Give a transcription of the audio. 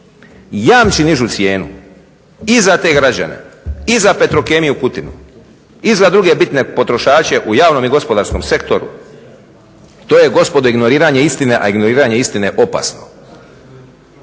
jamči nižu cijenu i za te građane i za Petrokemiju Kutinu i za druge bitne potrošače u javnom i gospodarskom sektoru, to je gospodo ignoriranje istine, a ignoriranje istine je opasno.